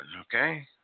okay